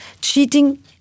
cheating